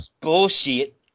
Bullshit